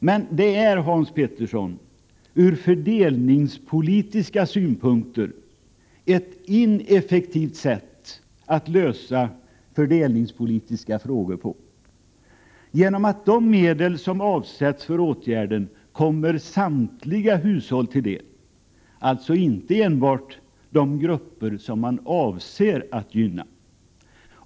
Men det är, Hans Petersson, ett ineffektivt sätt att lösa fördelningspolitiska frågor på, eftersom medel som avsätts för åtgärden kommer samtliga hushåll till del, alltså inte enbart de grupper som man avser att gynna.